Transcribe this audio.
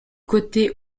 côté